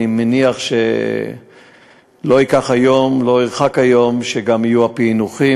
אני מניח שלא ירחק היום שגם יהיו הפענוחים.